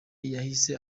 yahise